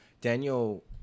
Daniel